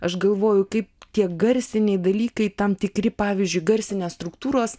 aš galvoju kaip tie garsiniai dalykai tam tikri pavyzdžiui garsinės struktūros